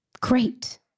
great